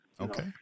Okay